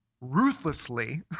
ruthlessly